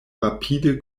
rapide